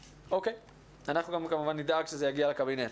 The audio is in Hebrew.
אנחנו גם נדאג שזה יגיע לקבינט.